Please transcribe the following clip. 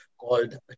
called